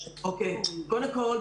קודם כל,